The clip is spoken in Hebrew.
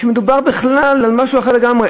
שמדובר בכלל על משהו אחר לגמרי.